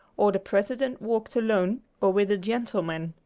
or the president walked alone or with a gentleman.